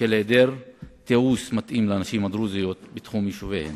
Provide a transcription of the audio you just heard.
זהו נאום בכורה ואני מבקש מחברי הכנסת להקפיד,